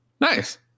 Nice